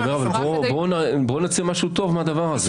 בואו נוציא משהו טוב מהדבר הזה.